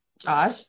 Josh